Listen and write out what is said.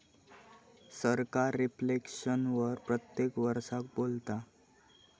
सरकार रिफ्लेक्शन वर प्रत्येक वरसाक बोलता